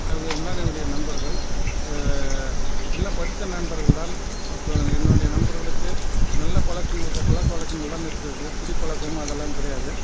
அவர்கள்தான் என்னுடைய நண்பர்கள் எல்லாம் படித்த நண்பர்கள் தான் கு என்னுடைய நண்பர்களுக்கு நல்ல பழக்கங்கள் தா பழக்கவழக்கங்கள்தான் இருக்கிறது குடிப்பழக்கம் அதெலாம் கிடையாது